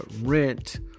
rent